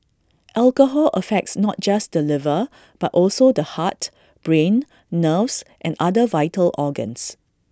alcohol affects not just the liver but also the heart brain nerves and other vital organs